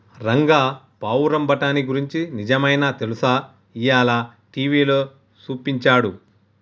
రంగా పావురం బఠానీ గురించి నిజమైనా తెలుసా, ఇయ్యాల టీవీలో సూపించాడు